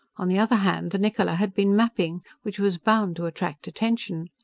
on the other hand, the niccola had been mapping, which was bound to attract attention.